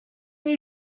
mynd